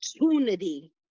opportunity